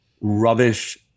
rubbish